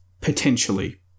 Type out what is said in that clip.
potentially